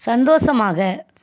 சந்தோஷமாக